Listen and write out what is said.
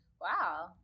Wow